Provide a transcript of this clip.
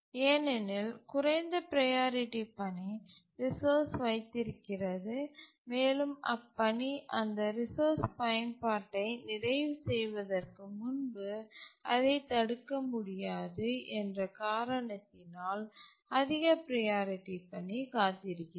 ஏனெனில் குறைந்த ப்ரையாரிட்டி பணி ரிசோர்ஸ் வைத்திருக்கிறது மேலும் அப்பணி அந்த ரிசோர்ஸ் பயன்பாட்டை நிறைவு செய்வதற்கு முன்பு அதைத் தடுக்க முடியாது என்ற காரணத்தினால் அதிக ப்ரையாரிட்டி பணி காத்திருக்கிறது